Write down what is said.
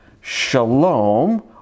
Shalom